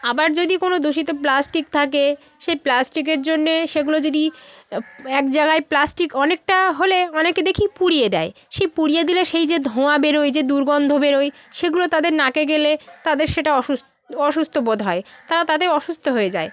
আবার যদি কোনো দূষিত প্লাস্টিক থাকে সেই প্লাস্টিকের জন্যে সেগুলো যদি এক জাগায় প্লাস্টিক অনেকটা হলে অনেকে দেখি পুড়িয়ে দেয় সেই পুড়িয়ে দিলে সেই যে ধোঁয়া বেরোয় যে দুর্গন্ধ বেরোয় সেগুলো তাদের নাকে গেলে তাদের সেটা অসুস্থ অসুস্থবোধ হয় তারা তাতে অসুস্থ হয়ে যায়